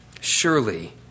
Surely